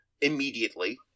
immediately